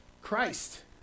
Christ